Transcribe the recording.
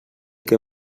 que